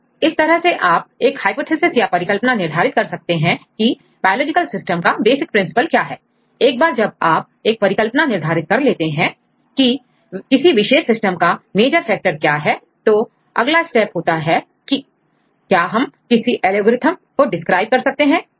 तो इस तरह से आप एक हाइपोथिसिस या परिकल्पना निर्धारित कर सकते हैं की बायोलॉजिकल सिस्टम का बेसिक प्रिंसिपल क्या है एक बार जब आप एक परिकल्पना निर्धारित कर लेते हैंकी किसी विशेष सिस्टम का मेजर फैक्टर क्या है तो अगला स्टेप होता है कि क्या हम किसी एलोगरिथम को डिस्क्राइब कर सकते हैं